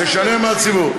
משנה מה הציבור.